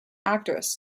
actress